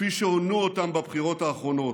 כפי שהונו אותם בבחירות האחרונות.